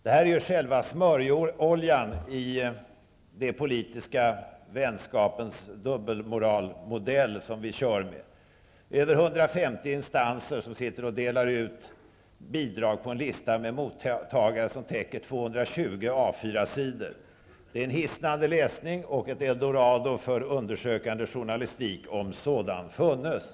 Detta är ju själva smörjoljan i den politiska vänskapens dubbelmoralmodell som vi kör med. Över 150 instanser sitter och delar ut bidrag efter en lista med mottagare som täcker 220 A4-sidor. Det är en hisnande läsning och ett eldorado för undersökande journalistik, om sådan funnes.